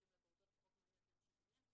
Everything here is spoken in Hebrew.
יום לפעוטות וחוק מעונות יום שיקומיים,